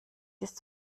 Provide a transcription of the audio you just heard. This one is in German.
ist